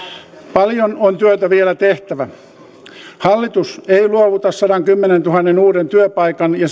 paljon on työtä vielä tehtävä hallitus ei luovuta sadankymmenentuhannen uuden työpaikan ja